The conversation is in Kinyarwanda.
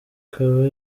ikaba